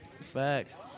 Facts